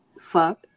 fuck